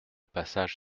passage